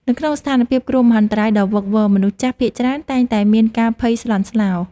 នៅក្នុងស្ថានភាពគ្រោះមហន្តរាយដ៏វឹកវរ មនុស្សចាស់ភាគច្រើនតែងតែមានការភ័យស្លន់ស្លោ។